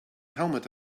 helmet